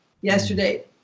Yesterday